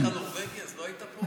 היה לך נורבגי, אז לא היית פה.